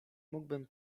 mógłbym